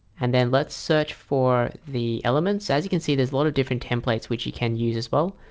and then let's search for the elements as you can see there's a lot of different templates which you can use as well,